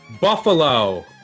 Buffalo